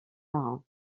marins